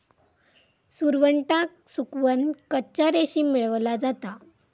सुरवंटाक सुकवन कच्चा रेशीम मेळवला जाता